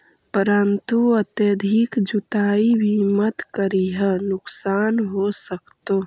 परंतु अत्यधिक जुताई भी मत करियह नुकसान हो सकतो